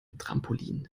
trampolin